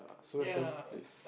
so where's the place